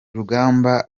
rugamba